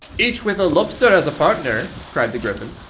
each with a lobster as a partner! cried the gryphon.